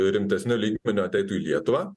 rimtesniu lygmeniu ateitų į lietuvą